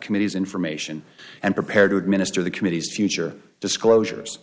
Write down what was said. committee's information and prepared to administer the committee's future disclosures